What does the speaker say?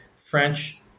French